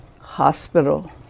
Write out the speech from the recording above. Hospital